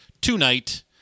tonight